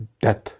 death